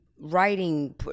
Writing